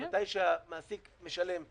מתי שהמעסיק משלם.